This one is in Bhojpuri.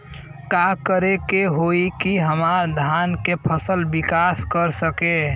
का करे होई की हमार धान के फसल विकास कर सके?